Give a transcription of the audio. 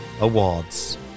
awards